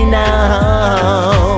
now